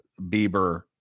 Bieber